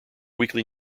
weekly